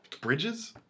Bridges